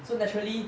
so naturally